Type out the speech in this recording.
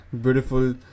Beautiful